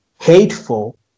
hateful